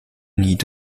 need